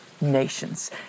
nations